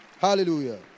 Hallelujah